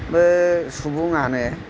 बो सुबुङानो